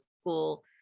school